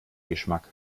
geschmack